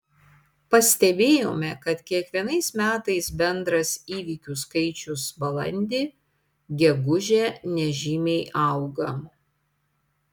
pastebėjome kad kiekvienais metais bendras įvykių skaičius balandį gegužę nežymiai auga